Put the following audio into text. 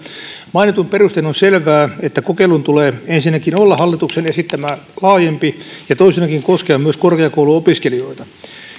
mainituin perustein on selvää että kokeilun tulee ensinnäkin olla hallituksen esittämää laajempi ja toisenakin koskea myös korkeakouluopiskelijoita